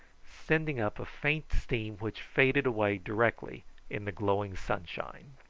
sending up a faint steam which faded away directly in the glowing sunshine.